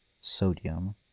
sodium